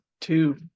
two